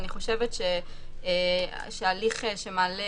אני חושבת שהליך שמעלה